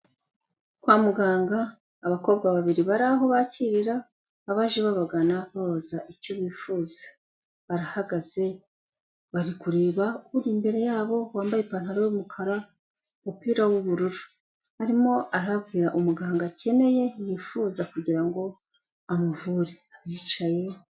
Kwa muganga abakobwa babiri bari aho bakirira, abaje babagana babaza icyo bifuza, barahagaze bari kureba uri imbere yabo wambaye ipantaro y'umukara, umupira w'ubururu, arimo arabwira umuganga akeneye yifuza kugira ngo amuvure yicaye.